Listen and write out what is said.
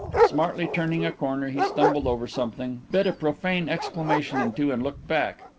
smartly turning a corner, he stumbled over something, bit a profane exclamation in two, and looked back.